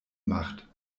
macht